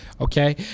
Okay